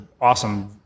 awesome